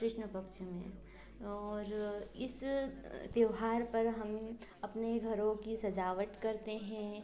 कृष्ण पक्ष में और इस त्योहार पर हम अपने घरों कि सजावट करते हैं